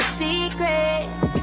secrets